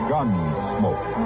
Gunsmoke